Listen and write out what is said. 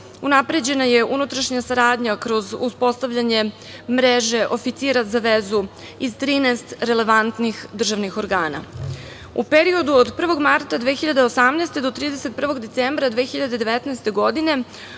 Unapređena je unutrašnja saradnja kroz uspostavljanje mreže oficira za vezu iz 13 relevantnih državnih organa.U periodu od 1. marta 2018. do 31. decembra 2019. godine